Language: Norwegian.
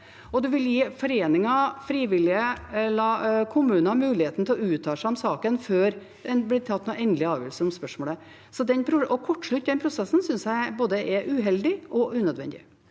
Det vil gi foreninger, frivillige og kommuner muligheten til å uttale seg om saken før det blir tatt noen endelig avgjørelse om spørsmålet. Å kortslutte den prosessen synes jeg er både uheldig og unødvendig.